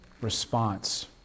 response